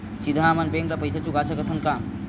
सीधा हम मन बैंक ले पईसा चुका सकत हन का?